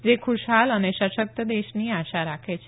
જે ખુશહાલ અને સશક્ત દેશની આશા રાખે છે